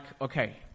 okay